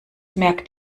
merkt